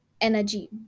energy